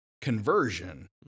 conversion